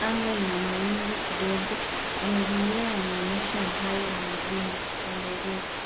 Anga ina mawingu kidogo na mazingira yanaonyesha uhai wa mjini wa Nairobi.